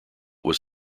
was